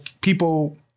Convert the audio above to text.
people